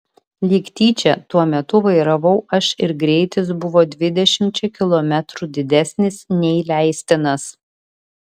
lyg tyčia tuo metu vairavau aš ir greitis buvo dvidešimčia kilometrų didesnis nei leistinas